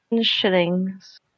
shillings